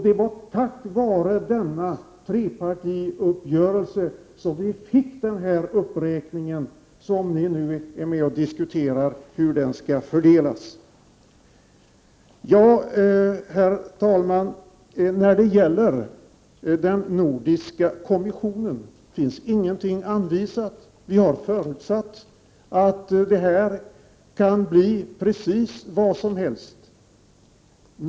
Det var tack vare den här trepartiuppgörelsen som vi fick den uppräkning som ni nu diskuterar fördelningen av. Herr talman! När det gäller förslaget om en nordisk kommission finns det inga anvisningar. Vi har i utskottet förutsatt att detta kan bli precis vad som helst.